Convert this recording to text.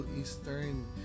Eastern